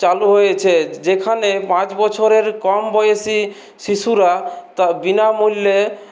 চালু হয়েছে যেখানে পাঁচ বছরের কম বয়সি শিশুরা বিনামূল্যে